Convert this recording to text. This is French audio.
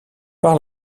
par